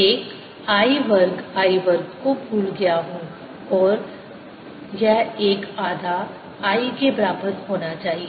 मैं एक I वर्ग I वर्ग को भूल गया हूं और यह 1 आधा l के बराबर होना चाहिए